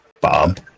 Bob